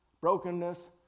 brokenness